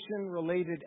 related